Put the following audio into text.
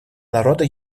народа